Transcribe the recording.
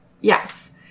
Yes